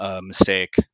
mistake